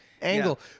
angle